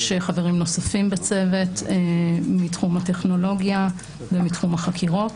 יש חברים נוספים בצוות מתחום הטכנולוגיה ומתחום החקירות.